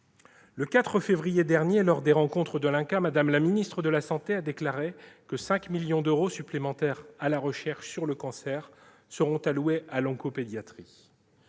Le 4 février dernier, lors des rencontres de l'INCa, Mme la ministre de la santé a déclaré que 5 millions d'euros supplémentaires seraient alloués à l'oncopédiatrie.